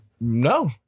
no